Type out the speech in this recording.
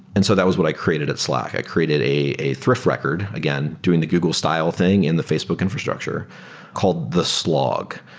and so that was what i created at slack. i created a a thrift record, again, doing the google style thing in the facebook infrastructure called the slog.